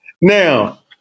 Now